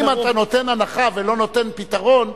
אז אם אתה נותן הנחה ולא נותן פתרון,